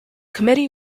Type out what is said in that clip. committee